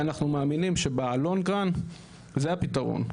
אנחנו מאמינים שב-long run זה הפתרון.